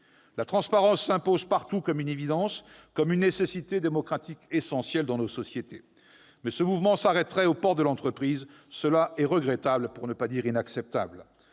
La transparence s'impose partout comme une évidence, comme une nécessité démocratique essentielle dans nos sociétés. Mais ce mouvement s'arrêterait aux portes de l'entreprise. Cela est regrettable, pour ne pas dire inacceptable.